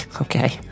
Okay